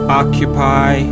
occupy